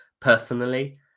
personally